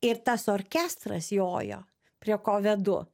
ir tas orkestras jojo prie ko vedu